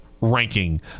ranking